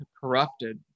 corrupted